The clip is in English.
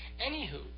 Anywho